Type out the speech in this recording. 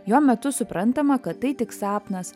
jo metu suprantama kad tai tik sapnas